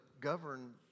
govern